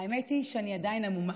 האמת היא שאני עדיין המומה.